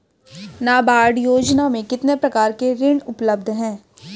नाबार्ड योजना में कितने प्रकार के ऋण उपलब्ध हैं?